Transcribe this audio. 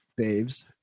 faves